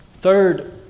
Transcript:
third